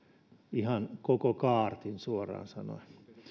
ihan koko kaartin suoraan sanoen